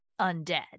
undead